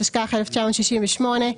התשכ"ח 1968,